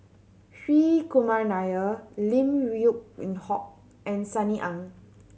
Hri Kumar Nair Lim Yew Hock and Sunny Ang